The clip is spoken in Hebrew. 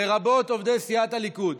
לרבות עובדי סיעת הליכוד.